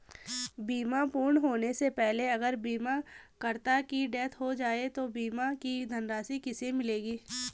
बीमा पूर्ण होने से पहले अगर बीमा करता की डेथ हो जाए तो बीमा की धनराशि किसे मिलेगी?